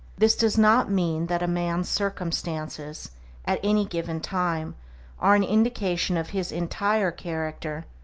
this does not mean that a man's circumstances at any given time are an indication of his entire character,